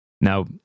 Now